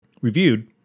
reviewed